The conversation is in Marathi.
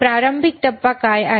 प्रारंभ टप्पा काय आहे